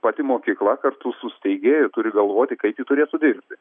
pati mokykla kartu su steigėju turi galvoti kaip ji turėtų dirbti